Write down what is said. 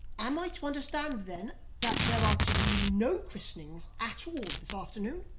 am i to understand then that there are to be no christenings at all this afternoon?